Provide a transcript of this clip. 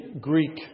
Greek